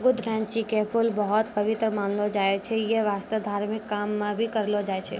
गुदरैंची के फूल बहुत पवित्र मानलो जाय छै यै वास्तं धार्मिक काम मॅ भी करलो जाय छै